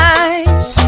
eyes